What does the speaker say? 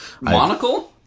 Monocle